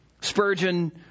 Spurgeon